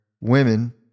women